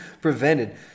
prevented